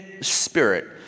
spirit